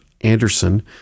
Anderson